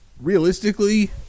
realistically